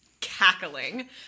cackling